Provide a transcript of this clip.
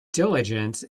diligence